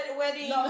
wedding